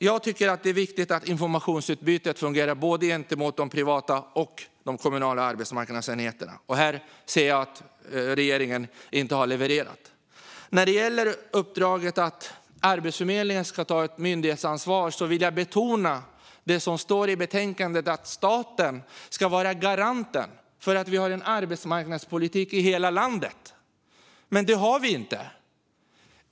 Jag tycker att det är viktigt att informationsutbytet fungerar gentemot både de privata och de kommunala arbetsmarknadsenheterna. Här ser jag att regeringen inte har levererat. När det gäller uppdraget att Arbetsförmedlingen ska ta ett myndighetsansvar vill jag betona det som står i betänkandet om att staten ska vara garanten för att vi har en arbetsmarknadspolitik i hela landet. Det har vi inte.